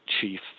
chief